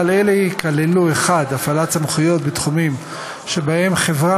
באלה ייכללו: 1. הפעלת סמכויות בתחומים שבהם חברה